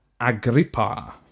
Agrippa